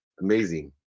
Amazing